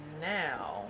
now